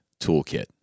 toolkit